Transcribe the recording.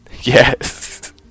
Yes